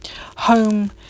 home